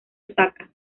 osaka